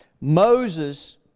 Moses